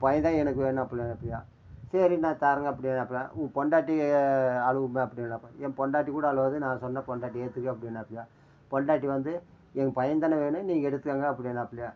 உன் பையன் தான் எனக்கு வேணும் அப்படினாப்பிலியாம் சரி நான் தரேன்ங்க அப்படினாப்பிலியாம் உன் பொண்டாட்டி எ அழுவுமே அப்படினாப்பிலியாம் என் பொண்டாட்டி கூட அழுவாது நான் சொன்னால் பொண்டாட்டி ஏற்றுக்கும் அப்படினாப்பிலியாம் பொண்டாட்டி வந்து எங்க பையன் தானே வேணும் நீங்கள் எடுத்துக்கங்க அப்படினாப்பிலியாம்